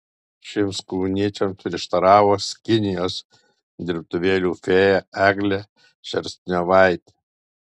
šiems kauniečiams prieštaravo skinijos dirbtuvėlių fėja eglė šerstniovaitė